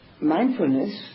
mindfulness